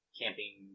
camping